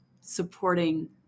supporting